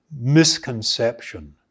misconception